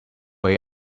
wait